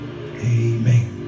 amen